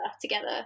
together